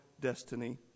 destiny